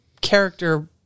character